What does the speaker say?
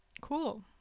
Cool